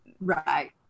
right